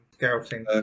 Scouting